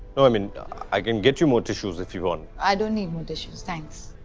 no, i mean i can get you more tissues if you want. i don't need more tissues. thanks.